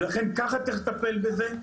ולכן ככה צריך לטפל בזה.